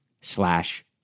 slash